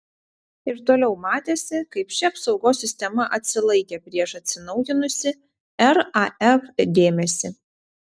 ir toliau matėsi kaip ši apsaugos sistema atsilaikė prieš atsinaujinusį raf dėmesį